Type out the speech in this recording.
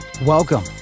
Welcome